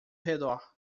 redor